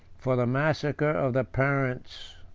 for the massacre of the parents.